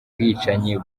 bwicanyi